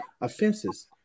offenses